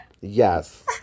yes